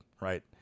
right